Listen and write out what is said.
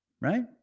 right